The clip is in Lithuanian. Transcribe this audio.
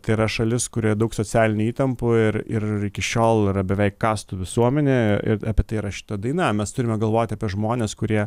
tai yra šalis kurioje daug socialinių įtampų ir ir iki šiol yra beveik kastų visuomenė ir apie tai yra šita daina mes turime galvoti apie žmones kurie